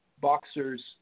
boxers